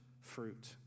fruit